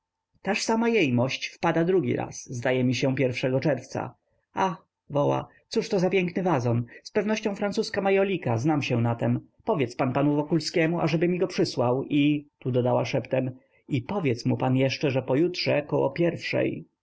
taż sama jejmość wpada drugi raz zdaje mi się pierwszego czerwca ach woła cóżto za piękny wazon z pewnością francuska majolika znam się na tem powiedz pan panu wokulskiemu ażeby mi go przysłał i tu dodała szeptem i powiedz mu pan jeszcze że pojutrze około pierwszej